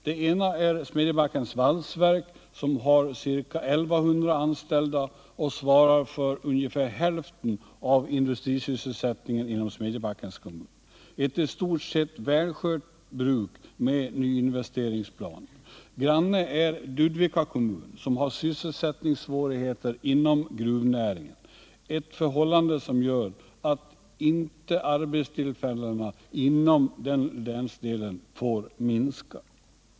Det ena är Smedjebackens Valsverk, som har ca 1 100 anställda och svarar för ungefär hälften av industrisysselsättningen inom Smedjebackens kommun - ett i stort sett välskött bruk med nyinvesteringsplaner. Granne är Ludvika kommun, som har sysselsättningssvårigheter inom gruvnäringen, ett förhållande som gör att arbetstillfällena inom den länsdelen inte får minska.